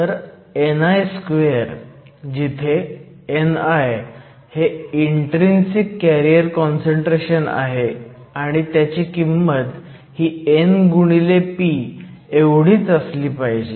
तर ni2 जिथे ni हे इन्ट्रीन्सिक कॅरियर काँसंट्रेशन आहे आणि त्याची किंमत ही n p एवढीच असली पाहिजे